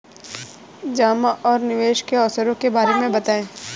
जमा और निवेश के अवसरों के बारे में बताएँ?